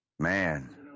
man